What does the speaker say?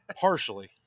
Partially